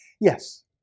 Yes